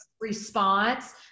response